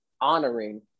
honoring